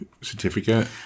certificate